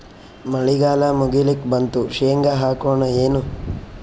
ಮಳಿಗಾಲ ಮುಗಿಲಿಕ್ ಬಂತು, ಶೇಂಗಾ ಹಾಕೋಣ ಏನು?